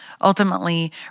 ultimately